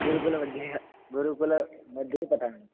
गुरुकुलमध्ये गुरुकुलमध्ये पठामि